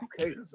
Okay